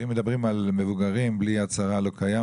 בלי ׳יד שרה׳ המבוגרים לא קיימים.